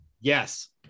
yes